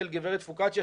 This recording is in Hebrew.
של גב' פרוקציה,